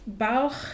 Bauch